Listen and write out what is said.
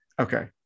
Okay